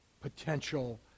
potential